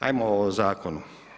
Ajmo o zakonu.